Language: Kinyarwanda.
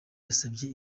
yasabye